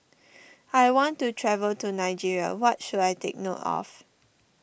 I want to travel to Nigeria what should I take note of